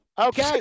Okay